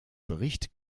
bericht